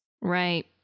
Right